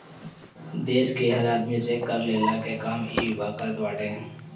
देस के हर आदमी से कर लेहला के काम इ विभाग करत बाटे